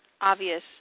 obvious